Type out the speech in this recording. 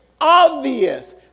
obvious